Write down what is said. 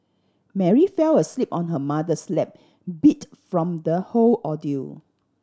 Mary fell asleep on her mother's lap beat from the whole ordeal